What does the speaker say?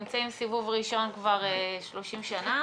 יש פה אנשים שנמצאים בסיבוב ראשון כבר 30 שנה.